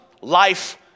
life